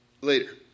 later